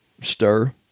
stir